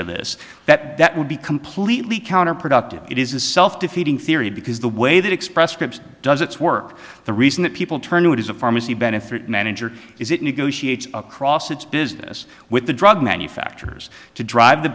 to this that that would be completely counterproductive it is a self defeating theory because the way that express scripts does its work the reason that people turn to it is a pharmacy benefit manager is it negotiates across its business with the drug manufacturers to drive the